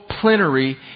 plenary